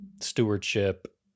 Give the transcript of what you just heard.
stewardship